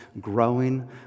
growing